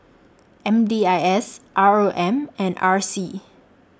M D I S R O M and R C